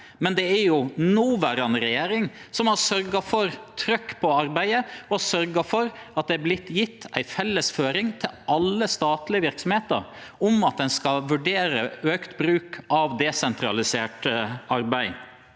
men det er den noverande regjeringa som har sørgt for trykk på arbeidet, og for at det har vorte gjeve ei felles føring til alle statlege verksemder om at ein skal vurdere auka bruk av desentralisert arbeid.